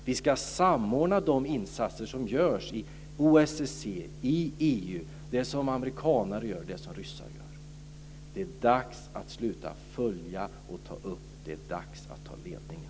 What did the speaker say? Vi ska samordna de insatser som görs i OSSE och i EU, det som amerikanare gör och det som ryssar gör. Det är dags att sluta följa och ta upp. Det är dags att ta ledningen.